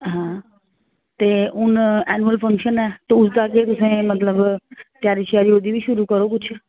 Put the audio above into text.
हां ते हून ऐनुअल फंक्शन ऐ ते उसदा केह् तुसें मतलब त्यारी श्यारी ओह्दी बी शुरू करो कुछ